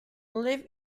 lived